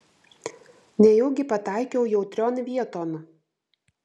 nejaugi pataikiau jautrion vieton